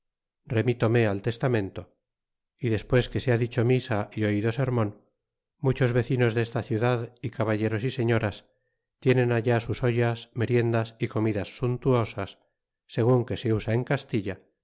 remitome al testamento y despues que se ha dicho misa y oido sermon muchos vecinos desta ciudad y caballeros y señoras tienen allá sus ollas meriendas y comidas suntuosas segun que se usa en castilla